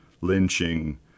lynching